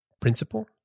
principle